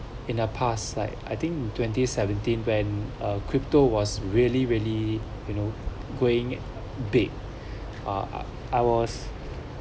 in the past like I think in twenty seventeen when a crypto was really really you know going big uh I was